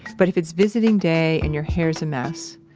but if it's visiting day and your hair is a mess,